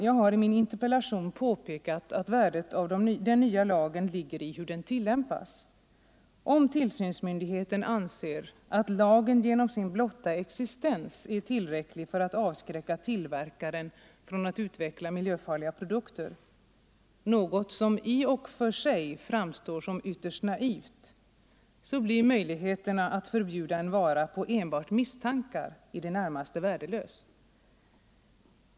Jag har i min interpellation påpekat att värdet av den nya lagen ligger i hur den tillämpas. Om tillsynsmyndigheten anser att lagen genom sin blotta existens är tillräcklig för att avskräcka tillverkare från att utveckla miljöfarliga produkter — något som i och för sig framstår som ytterst naivt — så blir möjligheterna att förbjuda en vara på enbart misstankar i det närmaste värdelösa.